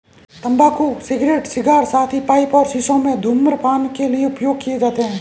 तंबाकू cigarette, cigar, साथ ही पाइप और शीशों में धूम्रपान के लिए उपयोग किए जाते हैं